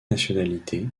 nationalité